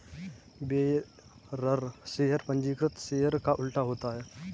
bearer share पंजीकृत share का उल्टा होता है